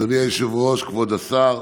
אדוני היושב-ראש, כבוד השר,